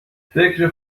فکر